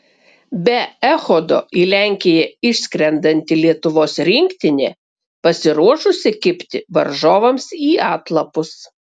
be echodo į lenkiją išskrendanti lietuvos rinktinė pasiruošusi kibti varžovams į atlapus